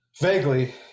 Vaguely